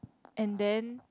and then